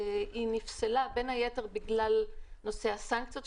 היא נפסלה בין היתר בגלל נושא הסנקציות,